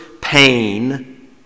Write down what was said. pain